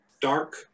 dark